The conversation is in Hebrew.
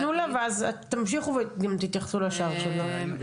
אז תנו לה, ואז תתייחסו לשאר הדברים.